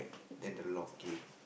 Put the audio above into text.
and the locket